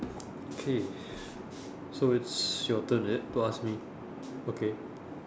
okay so it's your turn is it to ask me okay